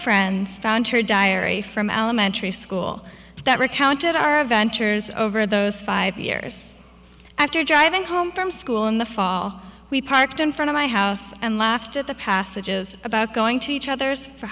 friends found her diary from elementary school that recounted our adventures over those five years after driving home from school in the fall we parked in front of my house and laughed at the passages about going to each other's